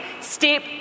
step